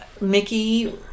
Mickey